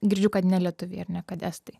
girdžiu kad nelietuviai ar ne kad estai